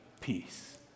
peace